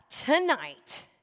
tonight